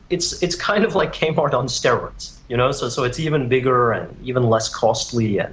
it's it's kind of like k-mart on steroids, you know, so so it's even bigger and even less costly, and